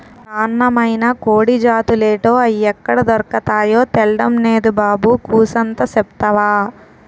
నాన్నమైన కోడి జాతులేటో, అయ్యెక్కడ దొర్కతాయో తెల్డం నేదు బాబు కూసంత సెప్తవా